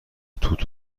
توت